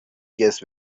گیتس